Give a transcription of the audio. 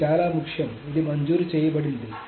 ఇది చాలా ముఖ్యం ఇది మంజూరు చేయబడింది